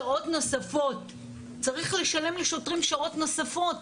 שעות נוספות - צריך לשלם לשוטרים שעות נוספות.